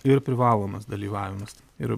ir privalomas dalyvavimas ir